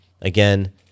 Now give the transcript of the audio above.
Again